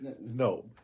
no